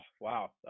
wow